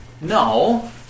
no